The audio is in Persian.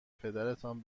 پدرتان